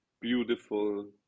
beautiful